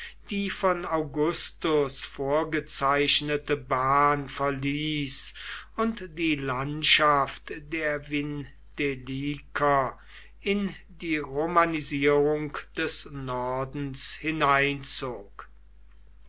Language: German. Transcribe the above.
die von augustus vorgezeichnete bahn verließ und die landschaft der vindeliker in die romanisierung des nordens hineinzog